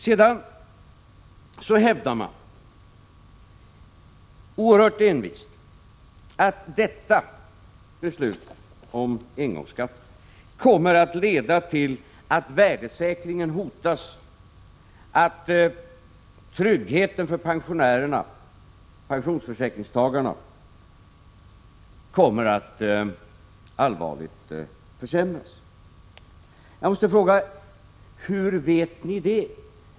Sedan hävdar man, oerhört envist, att detta beslut om engångsskatten kommer att leda till att värdesäkringen hotas, att tryggheten för pensionärerna, pensionsförsäkringstagarna, kommer att allvarligt försämras. Jag måste fråga: Hur vet ni det?